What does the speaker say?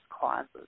causes